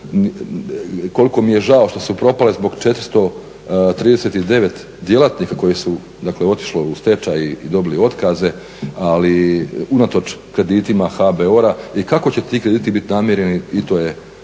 koliko mi je žao što su propale zbog 439 djelatnika koji su, dakle otišli u stečaj i dobili otkaze, ali unatoč kreditima HBOR-a i kako će ti krediti biti namireni to je veliko,